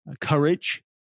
courage